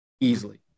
easily